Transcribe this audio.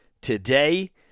Today